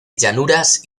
llanuras